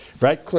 Right